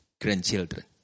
grandchildren